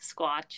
Squatch